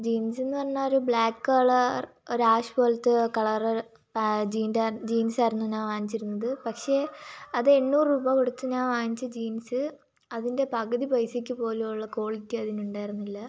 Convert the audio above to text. ജീൻസെന്നു പറഞ്ഞാൽ ഒരു black colour ഒരു ആഷ് പോലത്തെ കളർ ജീൻ്റെ ജീൻസായിരുന്നു ഞാൻ വാങ്ങിച്ചിരുന്നത് പക്ഷേ അത് എണ്ണൂറ് രൂപ കൊടുത്ത് ഞാൻ വാങ്ങിച്ച ജീൻസ് അതിൻ്റെ പകുതി പൈസക്കു പോലുള്ള കോളിറ്റി അതിനുണ്ടായിരുന്നില്ല